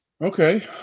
Okay